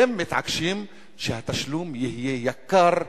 אתם מתעקשים שהתשלום יהיה יקר,